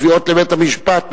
תביעות לבית-המשפט,